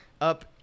up